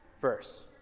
verse